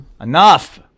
Enough